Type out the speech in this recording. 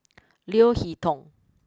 Leo Hee Tong